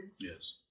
Yes